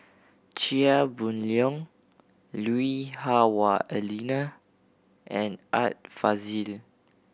Chia Boon Leong Lui Hah Wah Elena and Art Fazil